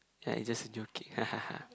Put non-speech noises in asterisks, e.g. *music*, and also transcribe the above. ya it just joking *laughs*